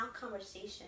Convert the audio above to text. conversation